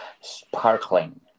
Sparkling